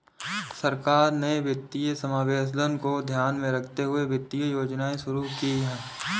सरकार ने वित्तीय समावेशन को ध्यान में रखते हुए वित्तीय योजनाएं शुरू कीं